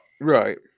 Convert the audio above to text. Right